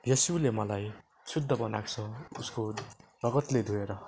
यिशुले मलाई शुद्ध बनाएको छ उसको रगतले धोएर